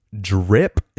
drip